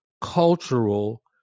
cultural